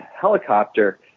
helicopter